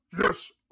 Yes